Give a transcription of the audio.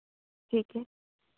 ठीक है